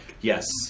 Yes